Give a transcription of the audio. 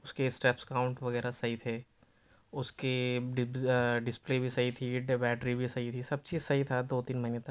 اس کے straps count وغیرہ صحیح تھے اس کی ڈسپلے بھی صحیح تھی بیٹری بھی صحیح تھی سب چیز صحیح تھا دو تین مہینے تک